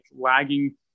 lagging